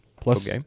plus